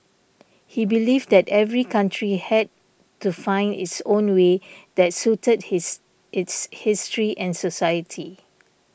he believed that every country had to find its own way that suited his its history and society